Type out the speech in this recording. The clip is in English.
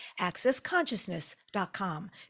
accessconsciousness.com